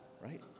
Right